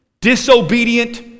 disobedient